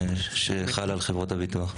שחלה על חברות הביטוח.